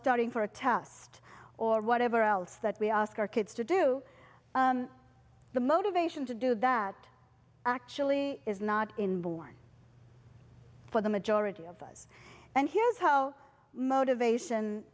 studying for a test or whatever else that we ask our kids to do the motivation to do that actually is not inborn for the majority of us and here's how motivation